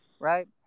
Right